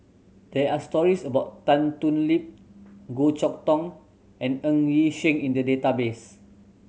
there are stories about Tan Thoon Lip Goh Chok Tong and Ng Yi Sheng in the database